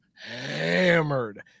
hammered